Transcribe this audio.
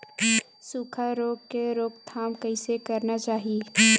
सुखा रोग के रोकथाम कइसे करना चाही?